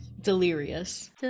Delirious